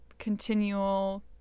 Continual